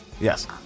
Yes